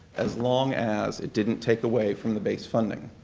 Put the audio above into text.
as long as it didn't take away from the base funding.